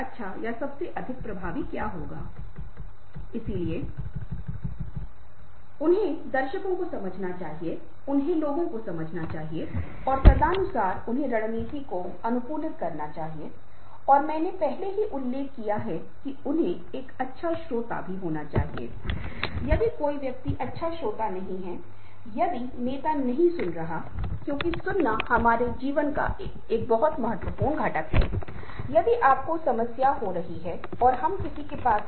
उदाहरण के लिए अनुसंधान में पाया गया है कि अपराधी बहुत बार जो लोग हिंसक होते हैं उन्हें सामान्य लोगों की तुलना में अधिक स्थान की आवश्यकता होती है और एक विशेष सामाजिक सांस्कृतिक संदर्भ में ऐसा क्या होता है कि जिस व्यक्ति को कम स्थान की आवश्यकता होती है वह मानता है कि दूसरे हिंसक व्यक्ति को भी समान की आवश्यकता है जगहा की मात्रा जबकि अन्य हिंसक व्यक्ति असहज महसूस कर रहा है और शायद बहुत संघर्ष को जन्म देता है